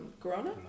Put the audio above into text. corona